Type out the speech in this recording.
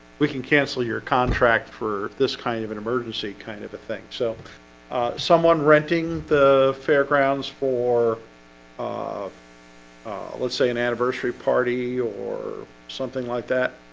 we can cancel your contract for this kind of an emergency kind of a thing. so someone renting the fairgrounds for let's say an anniversary party or something like that.